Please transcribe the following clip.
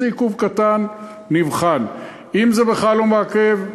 אם זה עיכוב קטן, נבחן, אם זה בכלל לא מעכב,